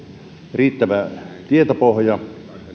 riittävä tietopohja